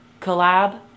collab